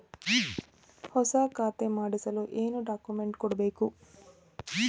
ಹೊಸ ಖಾತೆ ಮಾಡಿಸಲು ಏನು ಡಾಕುಮೆಂಟ್ಸ್ ಕೊಡಬೇಕು?